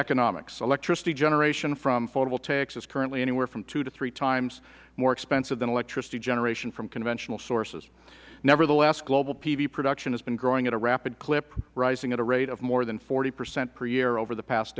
economics electricity generation from photovoltaics is currently anywhere from two to three times more expensive than electricity generation from conventional sources nevertheless global pv production has been growing at a rapid clip rising at a rate of more than forty percent per year over the past